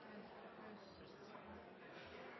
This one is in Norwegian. jeg varsle at